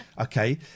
Okay